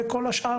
וכל השאר,